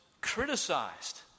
criticized